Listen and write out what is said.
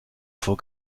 vor